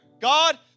God